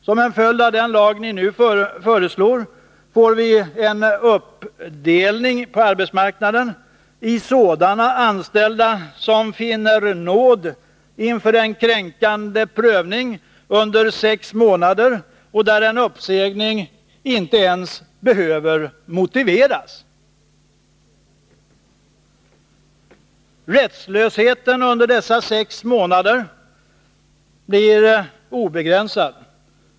Som en följd av den lag som ni nu föreslår får vi en uppdelning på arbetsmarknaden i sådana anställda som finner nåd under den kränkande prövningen på sex månader och i andra. En uppsägning behöver inte ens motiveras. Rättslösheten under dessa sex månader blir obegränsad.